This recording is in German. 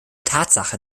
tatsache